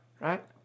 right